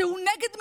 שהוא נגד מלחמה,